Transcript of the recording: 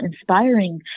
inspiring